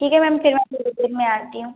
ठीक है मैम फिर मैं थोड़ी देर में आती हूँ